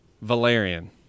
Valerian